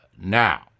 Now